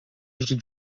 usually